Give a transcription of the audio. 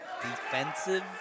defensive